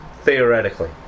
Theoretically